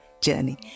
Journey